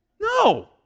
No